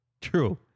true